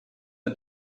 the